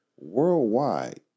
worldwide